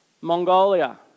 Mongolia